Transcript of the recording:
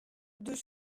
deux